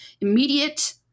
immediate